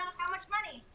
how much money?